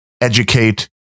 educate